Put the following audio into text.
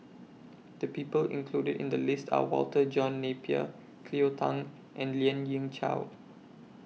The People included in The list Are Walter John Napier Cleo Thang and Lien Ying Chow